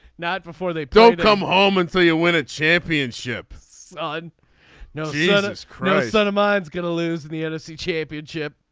not before they don't come home until you win a championship. i know. yeah that's crazy. son of mine's going to lose in the nfc championship.